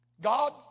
God